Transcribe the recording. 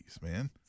man